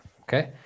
okay